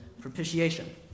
propitiation